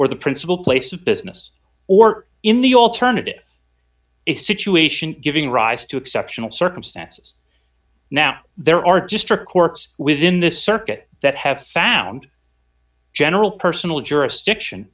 or the principal place of business or in the alternative if situation giving rise to exceptional circumstances now there are just her courts within this circuit that have found general personal jurisdiction